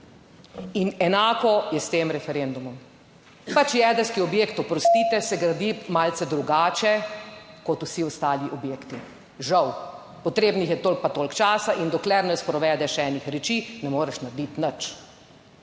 In enako je s tem referendumom. Pač jedrski objekt, oprostite, se gradi malce drugače, kot vsi ostali objekti. Žal potrebnih je toliko pa toliko časa in dokler ne sprovedeš enih reči, ne moreš narediti nič.